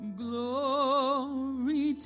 glory